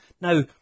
Now